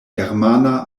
germana